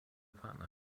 partner